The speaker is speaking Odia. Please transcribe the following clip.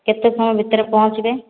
କେତେ ସମୟ ଭିତରେ ପହଞ୍ଚିବେ